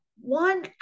one